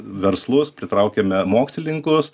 verslus pritraukiame mokslininkus